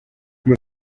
ngo